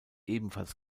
ebenfalls